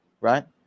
right